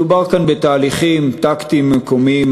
מדובר כאן בתהליכים טקטיים מקומיים,